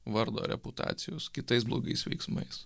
vardo reputacijos kitais blogais veiksmais